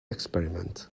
experiment